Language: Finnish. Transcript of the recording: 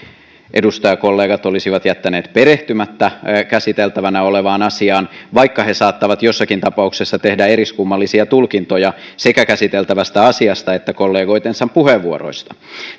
edustajakollegat olisivat jättäneet perehtymättä käsiteltävänä olevaan asiaan vaikka he saattavat jossakin tapauksessa tehdä eriskummallisia tulkintoja sekä käsiteltävästä asiasta että kollegoittensa puheenvuoroista